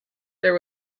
there